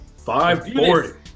540